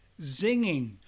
zinging